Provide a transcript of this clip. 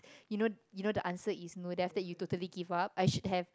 you know you know the answer is no then after that you totally give up I should have